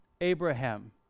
Abraham